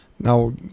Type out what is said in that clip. Now